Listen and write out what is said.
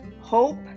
hope